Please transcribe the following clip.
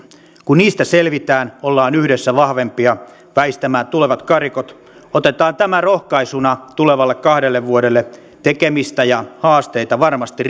kun niistä selvitään ollaan yhdessä vahvempia väistämään tulevat karikot otetaan tämä rohkaisuna tulevalle kahdelle vuodelle tekemistä ja haasteita varmasti